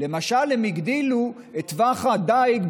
ואחר כך הם יוכלו לטעון בבג"ץ שהאדמה